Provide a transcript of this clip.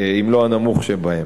אם לא הנמוך שבהם,